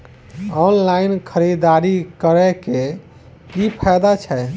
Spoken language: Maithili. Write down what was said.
ऑनलाइन खरीददारी करै केँ की फायदा छै?